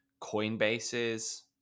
Coinbase's